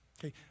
Okay